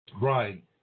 Right